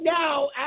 now